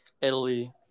Italy